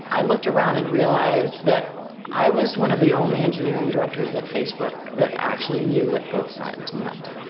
i looked around and realized that i was one of the only engineering directors at facebook that actually knew what both sides meant.